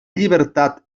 llibertat